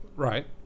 Right